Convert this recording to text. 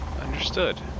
understood